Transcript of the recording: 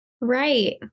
Right